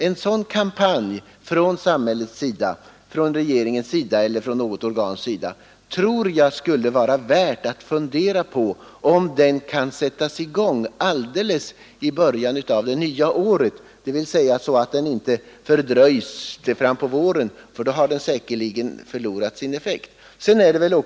En sådan kampanj från samhällets, regeringens eller något statligt organs sida tror jag skulle vara värd att fundera på. Den bör i så fall sättas i gång omedelbart i början av det nya året. Den får inte fördröjas till fram på våren, ty då förlorar den säkert sin effekt.